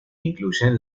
incluyen